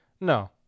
No